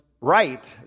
right